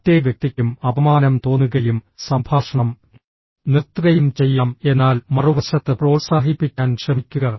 മറ്റേ വ്യക്തിക്കും അപമാനം തോന്നുകയും സംഭാഷണം നിർത്തുകയും ചെയ്യാം എന്നാൽ മറുവശത്ത് പ്രോത്സാഹിപ്പിക്കാൻ ശ്രമിക്കുക